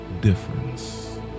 difference